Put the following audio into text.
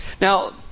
Now